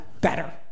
better